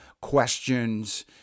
questions